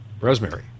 Rosemary